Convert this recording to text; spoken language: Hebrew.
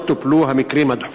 2. למה לא טופלו המקרים הדחופים?